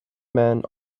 men